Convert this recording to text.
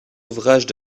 ouvrages